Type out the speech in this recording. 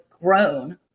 grown